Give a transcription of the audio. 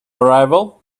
arrival